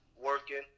working